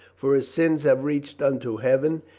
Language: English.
for his sins have reached unto heaven,